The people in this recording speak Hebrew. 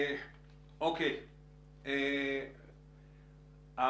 אני